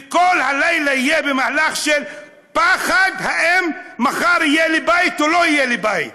וכל הלילה יהיה במהלך של פחד: האם מחר יהיה לי בית או לא יהיה לי בית.